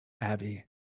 Abby